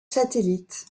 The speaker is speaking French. satellites